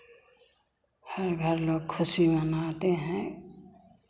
हर घर लोग खुशी मनाते हैं